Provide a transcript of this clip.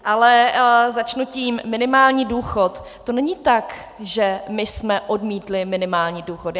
Ale začnu tím: minimální důchod, to není tak, že my jsme odmítli minimální důchod.